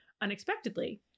unexpectedly